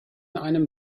einem